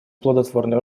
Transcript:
плодотворное